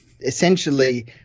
essentially